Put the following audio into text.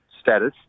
status